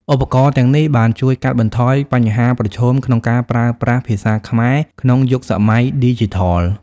ឧបករណ៍ទាំងនេះបានជួយកាត់បន្ថយបញ្ហាប្រឈមក្នុងការប្រើប្រាស់ភាសាខ្មែរក្នុងយុគសម័យឌីជីថល។